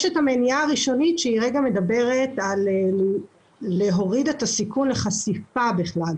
יש את המניעה הראשונית שמדברת על הורדת הסיכון לחשיפה בכלל,